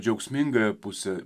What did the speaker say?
džiaugsmingąją pusę